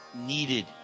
needed